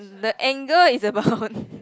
the angle is about